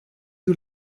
you